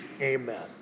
amen